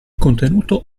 contenuto